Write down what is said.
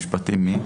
רבה.